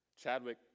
Chadwick